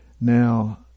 Now